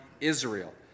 israel